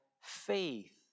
faith